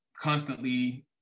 constantly